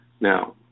Now